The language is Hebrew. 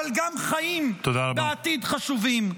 אבל גם חיים בעתיד חשובים.